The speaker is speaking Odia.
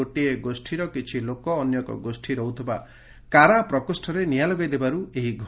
ଗୋଟିଏ ଗୋଷୀର କିଛି ଲୋକ ଅନ୍ୟ ଏକ ଗୋଷ୍ଠୀ ରହୁଥିବା କାରା ପ୍ରକୋଷରେ ନିଆଁ ଲଗାଇଦେବାରୁ ଏହି ଘଟଣା ଘଟିଛି